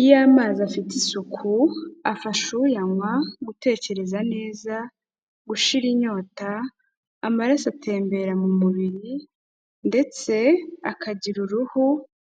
Iyo amazi afite isuku afasha uyanywa gutekereza neza, gushira inyota, amaraso atembera mu mubiri ndetse akagira uruhu